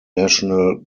national